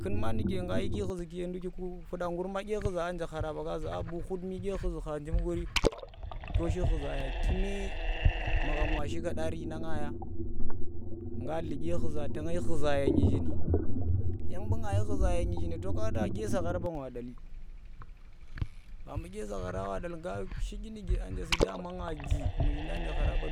Kung, Ma nuge nga yiki khuzi ye ndukki fuɗa ngur bu khud mi dye khuzi kha ndukki to shi khuzaya kume magham washi kadari na nga ya nga dli dye khuza tang shi khuza ye nuzhin yang bu nga shi khuza ye nuzhin to ka na dye saghar ban wa datti to ka na nga jii dama nga nji